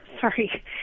Sorry